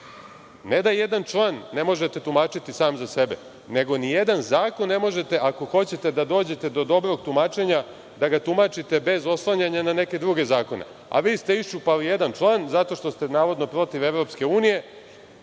Ne da jedan član ne možete tumačiti sam za sebe, nego ni jedan zakon ne možete ako hoćete da dođete do dobrog tumačenja da ga tumačite bez oslanjanja na neke druge zakone, a vi ste iščupali jedan član zato što ste navodno protiv EU. Pa,